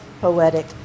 poetic